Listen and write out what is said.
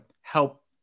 help